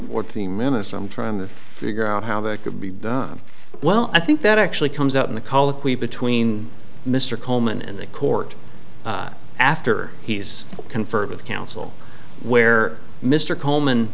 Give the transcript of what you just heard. fourteen minutes i'm trying to figure out how that could be done well i think that actually comes out in the colloquy between mr coleman and the court after he's conferred with counsel where mr coleman